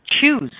choose